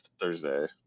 Thursday